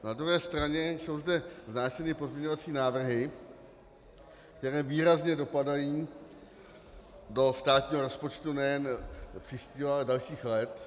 Na druhé straně jsou zde vznášeny pozměňovací návrhy, které výrazně dopadají do státního rozpočtu nejen příštího, ale dalších let.